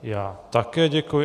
Já také děkuji.